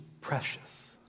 precious